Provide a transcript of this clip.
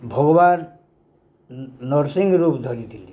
ଭଗବାନ ନୃସିଂହ ରୁପ ଧରିଥିଲେ